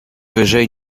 wyżej